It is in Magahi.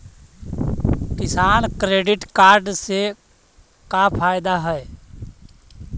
किसान क्रेडिट कार्ड से का फायदा है?